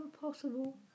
possible